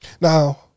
Now